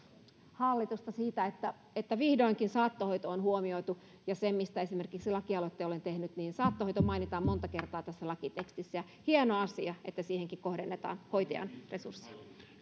hallitusta siitä että että vihdoinkin on huomioitu saattohoito josta esimerkiksi lakialoitteen olen tehnyt saattohoito mainitaan monta kertaa tässä lakitekstissä hieno asia että siihenkin kohdennetaan hoitajan resursseja